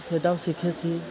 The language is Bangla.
সেটাও শিখেছি